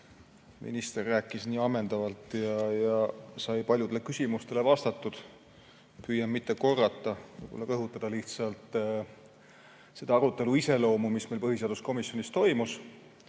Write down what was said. Minister rääkis nii ammendavalt ja sai paljudele küsimustele vastatud. Püüan teda mitte korrata, võib-olla rõhutan lihtsalt selle arutelu iseloomu, mis meil põhiseaduskomisjonis toimus,